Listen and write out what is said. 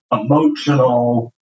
emotional